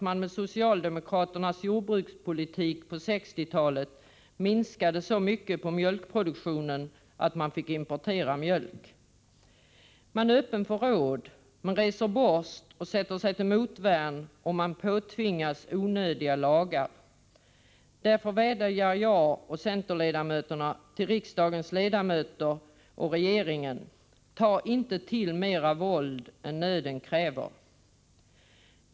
Med den socialdemokratiska jordbrukspolitiken på 1960-talet minskade man t.ex. så mycket på mjölkproduktionen att vi fick importera mjölk. Lantbrukarna är alltså öppna för råd, men reser borst och sätter sig till motvärn om de påtvingas onödiga lagar. Därför vädjar jag och övriga centerpartister till riksdagens ledamöter och regeringen: Ta inte till mera våld än nöden kräver!